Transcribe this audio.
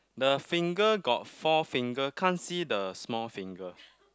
the finger got four finger can't see the small finger